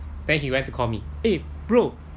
then he went to call me eh bro